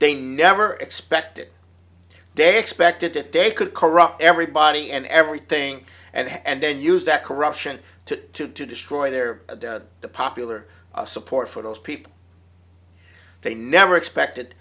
they never expected day expected that day could corrupt everybody and everything and then use that corruption to to to destroy their popular support for those people they never expected